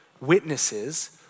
witnesses